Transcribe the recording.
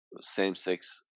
same-sex